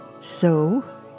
So